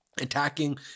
attacking